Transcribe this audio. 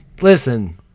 Listen